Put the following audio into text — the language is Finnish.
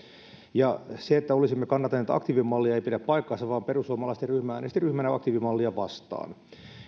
ja se että olisimme kannattaneet aktiivimallia ei pidä paikkaansa vaan perussuomalaisten ryhmä äänesti ryhmänä aktiivimallia vastaan